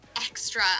extra